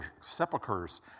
sepulchers